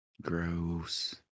Gross